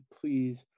please